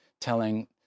telling